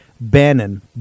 Bannon